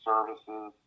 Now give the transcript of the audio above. Services